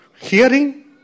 Hearing